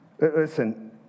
Listen